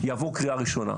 יעבור קריאה ראשונה.